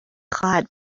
خواهد